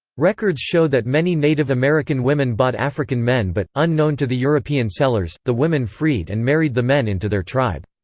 records show that many native american women bought african men but, unknown to the european sellers, the women freed and married the men into their tribe.